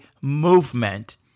movement